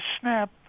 SNAP